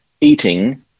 eating